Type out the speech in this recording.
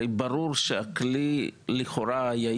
הרי ברור שלכאורה התחדשות עירונית זה